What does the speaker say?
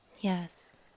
yes